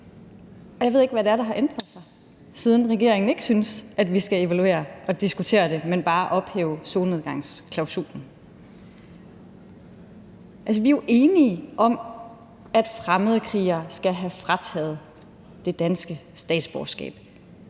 Jeg ved ikke, hvad det er, der har ændret sig, siden regeringen ikke synes, at vi skal evaluere og diskutere det, men bare ophæve solnedgangsklausulen. Vi er jo enige om, at fremmedkrigere skal have frataget det danske statsborgerskab.